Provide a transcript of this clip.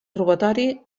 robatori